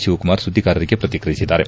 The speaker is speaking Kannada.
ಶಿವಕುಮಾರ್ ಸುದ್ದಿಗಾರರಿಗೆ ಪ್ರತಿಕ್ರಿಯಿಸಿದ್ದಾರೆ